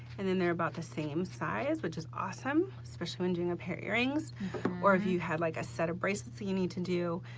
and then they're about the same size which is awesome, especially when doing a pair earrings or if you had like a set of bracelets that you need to do.